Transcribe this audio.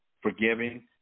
forgiving